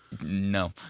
No